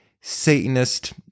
Satanist